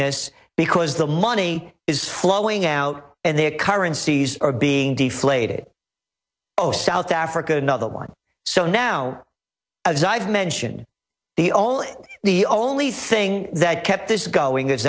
this because the money is flowing out and their currencies are being deflated oh south africa another one so now as i've mentioned the only the only thing that kept this going